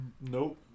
Nope